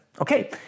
okay